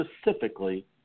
specifically